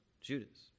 Judas